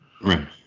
Right